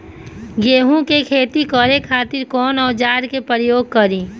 गेहूं के खेती करे खातिर कवन औजार के प्रयोग करी?